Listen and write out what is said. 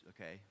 okay